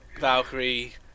Valkyrie